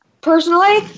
personally